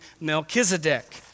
Melchizedek